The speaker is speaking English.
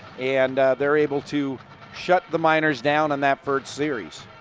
and they are able to shut the miners down on that third series.